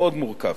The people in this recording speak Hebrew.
מאוד מורכב.